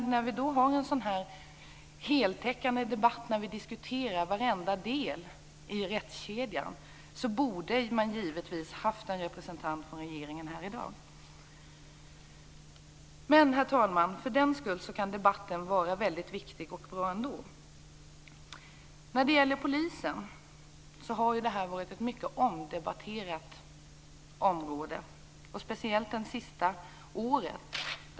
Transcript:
När vi då har en sådan här heltäckande debatt och diskuterar varje del i rättskedjan borde det givetvis ha varit en representant från regeringen här. Herr talman! Trots detta kan debatten bli mycket viktig och bra. När det gäller polisen har det varit ett mycket omdebatterat område, speciellt det senaste året.